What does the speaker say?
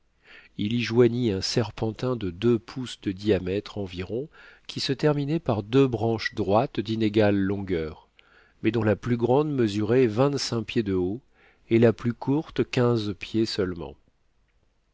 il y joignit un serpentin de deux pouces de diamètre environ qui se terminait par deux branches droites d'inégale longueur mais dont la plus grande mesurait vingt-cinq pieds de haut et la plus courte quinze pieds seulement